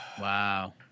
Wow